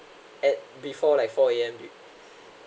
at before like four A_M dude